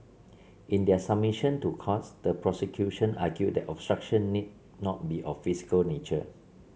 in their submission to courts the prosecution argued that obstruction need not be of physical nature